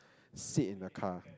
sit in the car